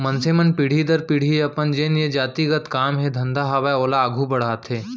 मनसे मन पीढ़ी दर पीढ़ी अपन जेन ये जाति गत काम हे धंधा हावय ओला आघू बड़हाथे